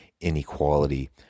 inequality